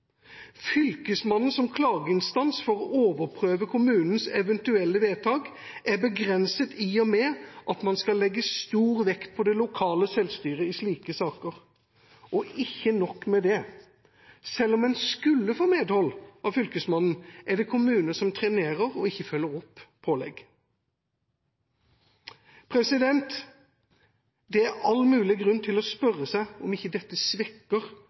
Fylkesmannen som klageinstans for å overprøve kommunens eventuelle vedtak er begrenset, i og med at man i slike saker skal legge stor vekt på det lokale selvstyret. Ikke nok med det, selv om en skulle få medhold av Fylkesmannen, er det kommuner som trenerer og ikke følger opp pålegg. Det er all mulig grunn til å spørre seg om ikke dette svekker